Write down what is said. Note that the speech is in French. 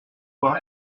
bois